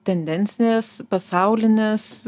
tendencijas pasaulines